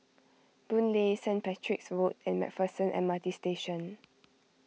Boon Lay Saint Patrick's Road and MacPherson M R T Station